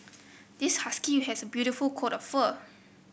this husky has a beautiful coat of fur